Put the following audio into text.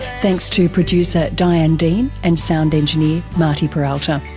thanks to producer diane dean and sound engineer marty peralta.